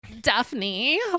Daphne